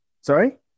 Sorry